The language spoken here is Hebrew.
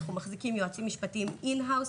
אנחנו מחזיקים יועצים משפטיים In House,